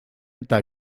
eta